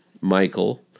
Michael